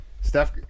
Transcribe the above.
Steph